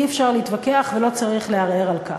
אי-אפשר להתווכח ולא צריך לערער על כך.